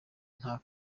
nta